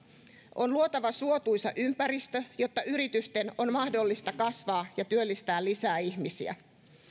on luotava suotuisa ympäristö jotta yritysten on mahdollista kasvaa ja työllistää lisää ihmisiä